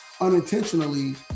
unintentionally